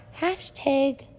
Hashtag